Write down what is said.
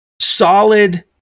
solid